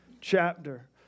chapter